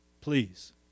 Please